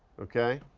okay?